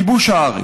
כיבוש הארץ.